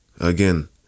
again